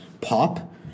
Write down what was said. pop